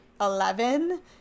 eleven